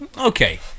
okay